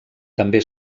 també